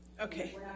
okay